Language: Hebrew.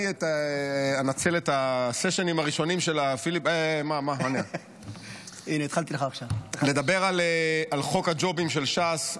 אני אנצל את הסשנים הראשונים של הפיליבסטר לדבר על חוק הג'ובים של ש"ס,